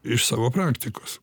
iš savo praktikos